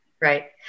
Right